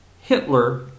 Hitler